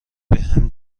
بهم